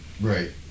right